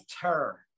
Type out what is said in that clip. terror